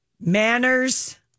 manners